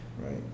right